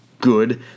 good